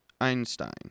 Einstein